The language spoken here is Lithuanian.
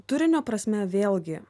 turinio prasme vėlgi